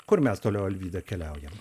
kur mes toliau alvyda keliaujam